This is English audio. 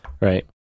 Right